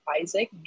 Isaac